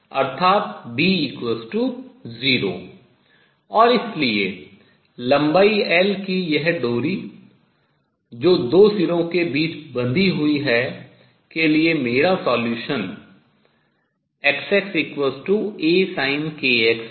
अर्थात B 0 और इसलिए लंबाई L की यह डोरी जो दो सिरों के बीच बंधी हुई हैं के लिए मेरा solution हल XxAsinkx है